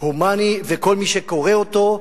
הומני, הומני, וכל מי שקורא אותו,